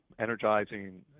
energizing